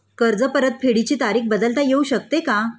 कर्ज परतफेडीची तारीख बदलता येऊ शकते का?